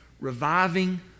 reviving